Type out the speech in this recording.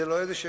זה לא גילויים